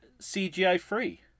CGI-free